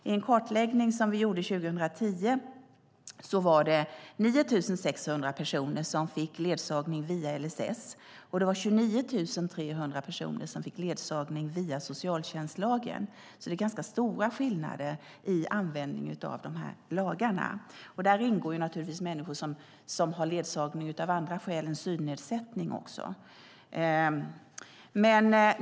I en kartläggning som vi gjorde 2010 var det 9 600 personer som fick ledsagning via LSS och 29 300 personer som fick ledsagning via socialtjänstlagen. Det är alltså ganska stora skillnader i användningen av dessa lagar. Här ingår givetvis också människor som har ledsagning av andra skäl än synnedsättning.